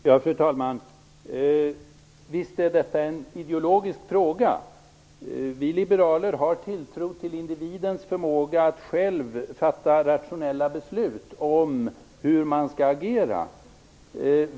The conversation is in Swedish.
Fru talman! Visst är detta en ideologisk fråga. Vi liberaler har tilltro till individens förmåga att själv fatta rationella beslut om hur man skall agera.